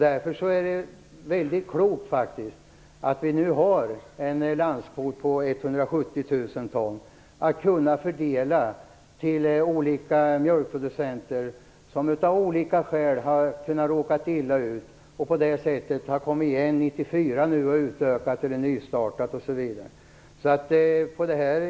Därför är det klokt att vi nu har en landskvot på 170 000 ton att fördela mellan olika mjölkproducenter som av olika skäl har råkat illa ut. De har kommit igen 1994 och utökat eller nystartat osv.